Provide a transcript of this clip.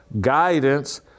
guidance